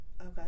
Okay